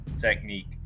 technique